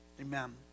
Amen